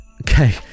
Okay